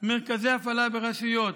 מרכזי ההפעלה ברשויות.